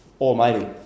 Almighty